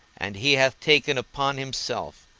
and he hath taken upon himself,